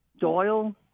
Doyle